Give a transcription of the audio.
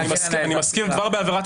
אני מזכיר שכבר בחוק עצמו בעבירת